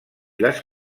les